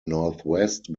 northwest